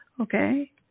Okay